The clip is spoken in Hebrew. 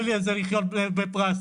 זה לחיות בפרס,